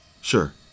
Sure